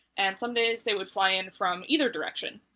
and some days they would fly in from either direction.